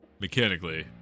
mechanically